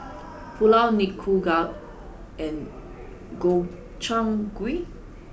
Pulao Nikujaga and Gobchang Gui